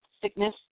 sickness